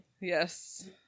Yes